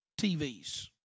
TVs